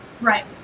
Right